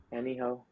anyhow